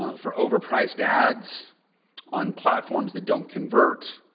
ah for overpriced ads on platforms that don't convert?